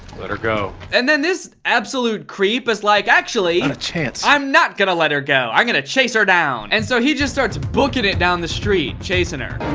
let her go. and then this absolute creep is like actually not and a chance. i'm not going to let her go. i'm gonna chase her down. and so he just starts booking it down the street, chasing her.